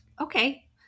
okay